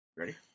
Ready